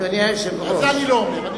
את זה אני לא אומר.